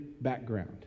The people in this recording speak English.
background